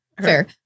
Fair